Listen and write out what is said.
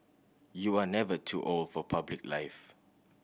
you are never too old for public life